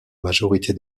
majorité